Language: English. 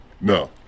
No